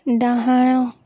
ଡାହାଣ